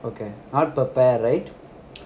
okay ஆள்பாப்ப:aal pappa right